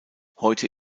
heute